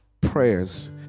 prayers